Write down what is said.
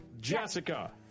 Jessica